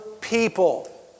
people